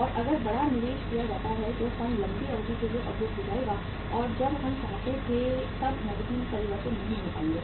और अगर बड़ा निवेश किया जाता है तो फंड लंबी अवधि के लिए अवरुद्ध हो जाएगा और जब हम चाहते थे तब नकदी में परिवर्तित नहीं हो पाएंगे